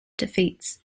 defeats